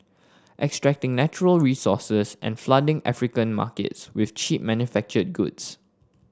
extracting natural resources and flooding African markets with cheap manufactured goods